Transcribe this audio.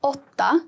Åtta